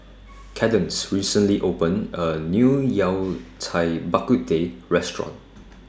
Cadence recently opened A New Yao Cai Bak Kut Teh Restaurant